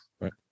Right